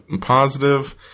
positive